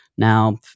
Now